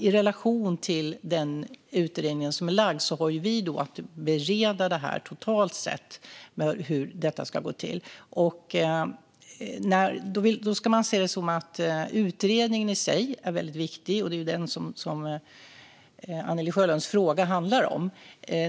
I relation till den utredning som kommit har vi att bereda hur detta ska gå till totalt sett. Då ska man se det som att utredningen i sig är väldigt viktig, och det är den som Anne-Li Sjölunds interpellation handlar om.